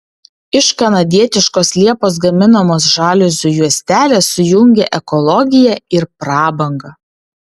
iš kanadietiškos liepos gaminamos žaliuzių juostelės sujungia ekologiją ir prabangą